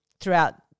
throughout